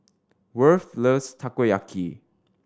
Worth loves Takoyaki